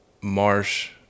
marsh